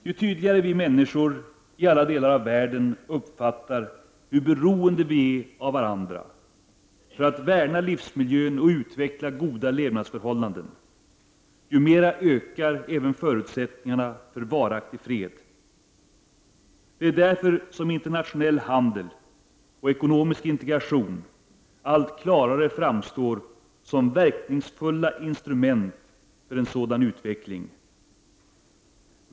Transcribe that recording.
Ju tydligare vi människor i alla delar av världen upppfattar hur beroende vi är av varandra för att värna livsmiljön och utveckla goda levnadsförhållanden, desto mera ökar även förutsättningarna för varaktig fred. Det är därför som internationell handel och ekonomisk integration allt klarare framstår som verkningsfulla instrument för en sådan utveckling.